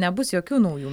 nebus jokių naujų